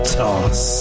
toss